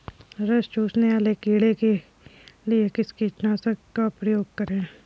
रस चूसने वाले कीड़े के लिए किस कीटनाशक का प्रयोग करें?